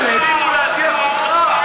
להדיח אותך,